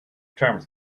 terms